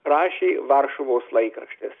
rašė varšuvos laikraštis